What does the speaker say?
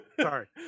Sorry